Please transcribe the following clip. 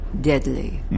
Deadly